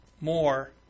more